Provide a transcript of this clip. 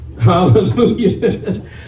Hallelujah